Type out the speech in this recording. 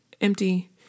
empty